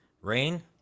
Rain